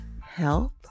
health